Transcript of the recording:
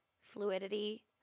fluidity